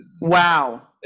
wow